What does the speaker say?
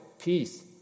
peace